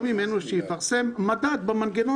ותבקשו שיפרסמו מדד.